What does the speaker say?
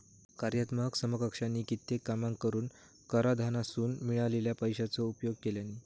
कार्यात्मक समकक्षानी कित्येक कामांका करूक कराधानासून मिळालेल्या पैशाचो उपयोग केल्यानी